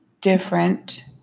different